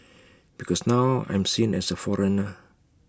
because now I'm seen as A foreigner